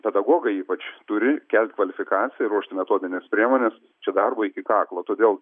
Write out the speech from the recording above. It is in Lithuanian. pedagogai ypač turi kelt kvalifikaciją ir ruošti metodines priemones čia darbo iki kaklo todėl